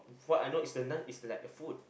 so what I know is like the nun is like a food